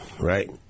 right